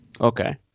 Okay